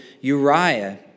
Uriah